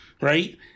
right